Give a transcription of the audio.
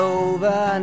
over